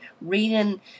reading